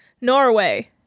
norway